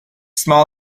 small